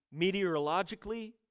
meteorologically